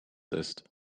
ist